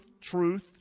truth